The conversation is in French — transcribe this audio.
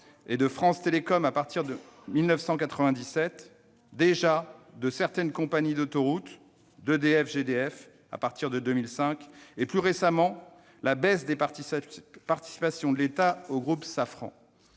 et de France Télécom à partir de 1997, déjà de certaines compagnies d'autoroutes, d'EDF-GDF à partir de 2005 et, plus récemment, la baisse des participations de l'État au capital du groupe Safran.